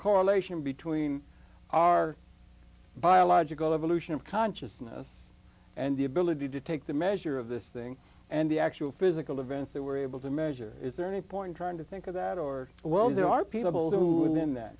correlation between our biological evolution of consciousness and the ability to take the measure of this thing and the actual physical events that we're able to measure is there any point trying to think of that or well there are people who when th